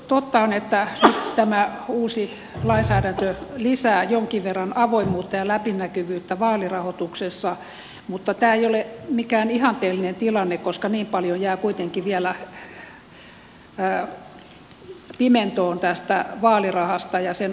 totta on että nyt tämä uusi lainsäädäntö lisää jonkin verran avoimuutta ja läpinäkyvyyttä vaalirahoituksessa mutta tämä ei ole mikään ihanteellinen tilanne koska niin paljon jää kuitenkin vielä pimentoon tästä vaalirahasta ja sen alkuperästä